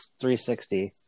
360